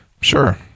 Sure